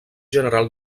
general